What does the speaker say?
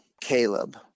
Caleb